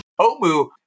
Omu